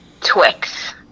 Twix